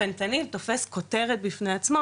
הפנטניל תופס כותרת בפני עצמו,